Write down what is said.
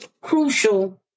crucial